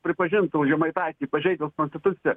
pripažintų žemaitaitį pažeidus konstituciją